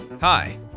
Hi